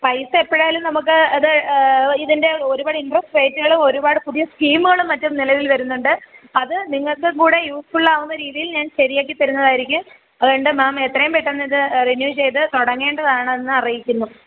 പൈസ എപ്പോഴായാലും നമുക്ക് അത് ഇതിൻ്റെ ഒരുപാട് ഇൻട്രസ്റ്റ് റേറ്റുകൾ ഒരുപാട് പുതിയ സ്കീമുകളും മറ്റും നിലവിൽ വരുന്നുണ്ട് അത് നിങ്ങൾക്കും കൂടി യൂസ്ഫുൾ ആകുന്ന രീതിയിൽ ഞാൻ ശരിയാക്കി തരുന്നതായിരിക്കും അതു കൊണ്ട് മേം എത്രയും പെട്ടെന്നിത് റിന്യൂ ചെയ്തു തുടങ്ങേണ്ടതാണെന്നു അറിയിക്കുന്നു